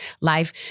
life